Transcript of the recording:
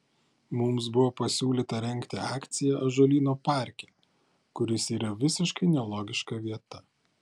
mums buvo pasiūlyta rengti akciją ąžuolyno parke kuris yra visiškai nelogiška vieta